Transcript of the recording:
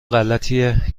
غلطیه